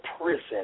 prison